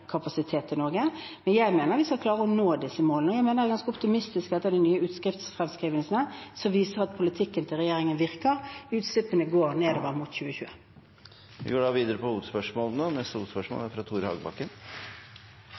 i Norge. Jeg mener vi skal klare å nå disse målene. Jeg mener det er ganske optimistisk etter de nye utslippsfremskrivelsene, som viser at politikken til regjeringen virker. Utslippene går nedover mot 2020. Vi går til neste hovedspørsmål – fra Tore Hagebakken.